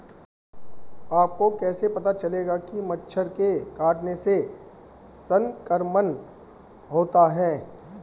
आपको कैसे पता चलेगा कि मच्छर के काटने से संक्रमण होता है?